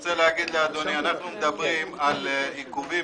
אני רוצה לומר לאדוני שאנחנו מדברים על עיכובים